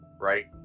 right